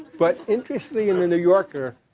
but interestingly, in the new yorker,